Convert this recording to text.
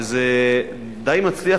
וזה די מצליח,